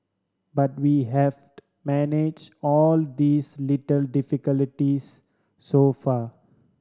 but we have manage all these little difficulties so far